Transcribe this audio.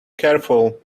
careful